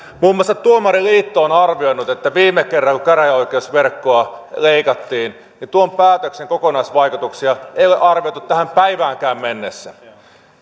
muun muassa tuomariliitto on arvioinut että kun viime kerralla käräjäoikeusverkkoa leikattiin tuon päätöksen kokonaisvaikutuksia ei ole arvioitu tähänkään päivään mennessä